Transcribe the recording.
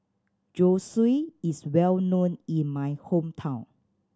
zosui is well known in my hometown